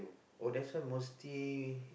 oh that's why mostly